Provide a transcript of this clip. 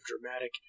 dramatic